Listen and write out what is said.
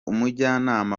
umujyanama